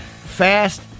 Fast